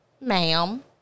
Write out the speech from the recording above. ma'am